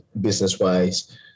business-wise